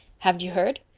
haven't you heard?